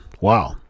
Wow